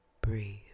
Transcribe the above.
Breathe